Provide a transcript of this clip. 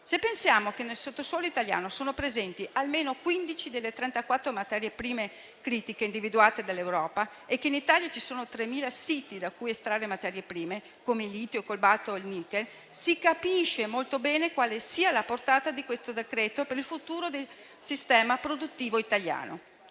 Se pensiamo che nel sottosuolo italiano sono presenti almeno 15 delle 34 materie prime critiche individuate dall'Europa e che in Italia ci sono 3.000 siti da cui estrarre materie prime come litio, cobalto e nichel, si capisce molto bene quale sia la portata di questo decreto per il futuro del sistema produttivo italiano.